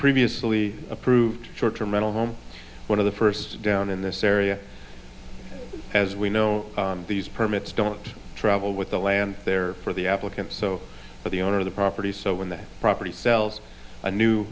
previously approved short term mental home one of the first down in this area as we know these permits don't travel with the land there for the applicants so the owner of the property so when the property sells a new